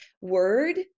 word